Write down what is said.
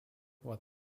what